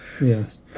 Yes